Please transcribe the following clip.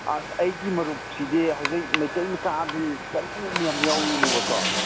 ꯑꯁ ꯑꯩꯒꯤ ꯃꯔꯨꯞꯁꯤꯗꯤ ꯍꯧꯖꯤꯛ ꯃꯩꯇꯩ ꯃꯆꯥꯗꯤ ꯆꯠꯅꯤꯡꯕ ꯃꯌꯥꯝ ꯌꯥꯎꯔꯤꯅꯤꯕꯀꯣ